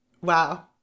wow